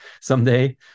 someday